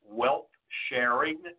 wealth-sharing